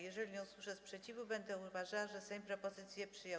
Jeżeli nie usłyszę sprzeciwu, będę uważała, że Sejm propozycję przyjął.